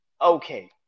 Okay